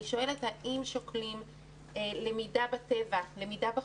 אני שואלת האם שוקלים למידה בטבע, למידה בחוץ,